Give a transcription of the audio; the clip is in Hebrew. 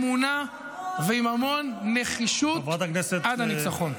עם המון אמונה והמון נחישות עד הניצחון.